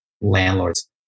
landlords